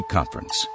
Conference